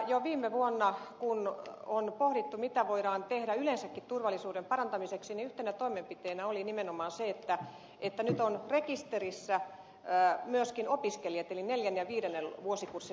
jo viime vuonna kun pohdittiin mitä voidaan tehdä yleensäkin turvallisuuden parantamiseksi yhtenä toimenpiteenä oli nimenomaan se että nyt rekisterissä ovat myöskin neljännen ja viidennen vuosikurssin opiskelijat